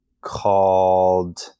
called